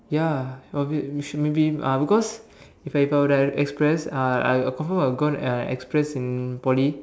ya obvious we should maybe uh because if I would have been at express uh I I confirm will go uh express in Poly